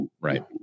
Right